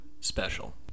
special